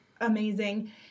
amazing